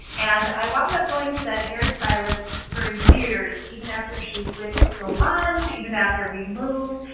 and i wound up going to that hairstylist for years, even after she switched salons, even after we moved.